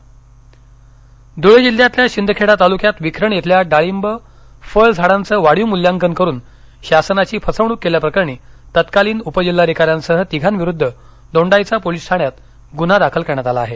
धळे धुळे जिल्ह्यातील शिंदखेडा तालुक्यात विखरण येथील डाळींब फळ झाडांचं वाढीव मूल्यांकन करुन शासनाची फसवणूक केल्याप्रकरणी तत्कालीन उपजिल्हाधिकाऱ्यांसह तिघांविरुध्द दोंडाईचा पोलिस ठाण्यात गुन्हा दाखल करण्यात आला आहे